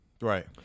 Right